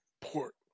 Port